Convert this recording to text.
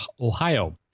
Ohio